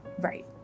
Right